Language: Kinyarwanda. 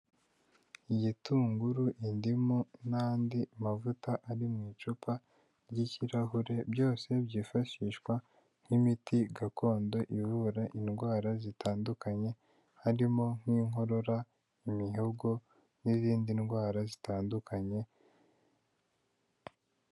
Igitunguru indimu n'andi mavuta ari mu icupa ry'ikirahure byose byifashishwa nk'imiti gakondo ivura indwara zitandukanye harimo nk'inkorora, imihogo, n'izindi ndwara zitandukanye.